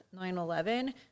9-11